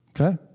Okay